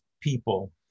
people